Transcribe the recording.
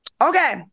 Okay